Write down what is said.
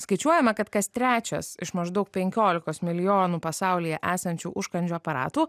skaičiuojama kad kas trečias iš maždaug pekiolikos milijonų pasaulyje esančių užkandžių aparatų